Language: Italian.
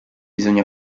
bisogna